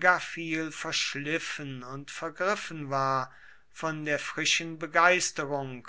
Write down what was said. gar viel verschliffen und vergriffen war von der frischen begeisterung